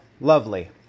lovely